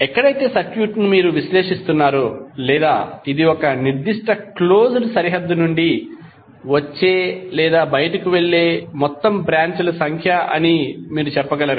ఎక్కడైతే సర్క్యూట్ను విశ్లేషిస్తున్నారో లేదా ఇది ఒక నిర్దిష్ట క్లోజ్డ్ సరిహద్దు నుండి వచ్చే లేదా బయటకు వెళ్ళే మొత్తం బ్రాంచ్ ల సంఖ్య అని మీరు చెప్పగలరు